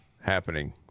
happening